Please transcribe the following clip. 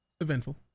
Eventful